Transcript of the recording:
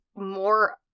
more